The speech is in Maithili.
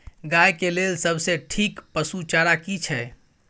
गाय के लेल सबसे ठीक पसु चारा की छै?